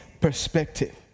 perspective